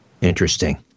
Interesting